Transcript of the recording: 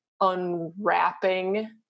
unwrapping